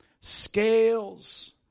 Scales